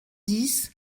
dix